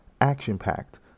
action-packed